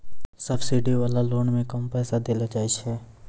subsidy वाला loan मे कम पैसा देलो जाय छै